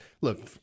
look